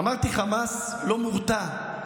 אמרתי: חמאס לא מורתע,